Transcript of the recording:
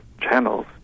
channels